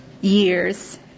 years